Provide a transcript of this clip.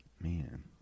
Man